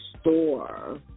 store